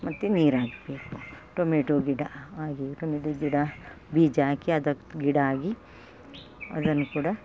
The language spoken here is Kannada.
ಮತ್ತೆ ನೀರಾಕಬೇಕು ಟೊಮೆಟೊ ಗಿಡ ಹಾಗೇ ಟೊಮೆಟೊ ಗಿಡ ಬೀಜ ಹಾಕಿ ಅದಕ್ಕೆ ಗಿಡ ಆಗಿ ಅದನ್ನು ಕೂಡ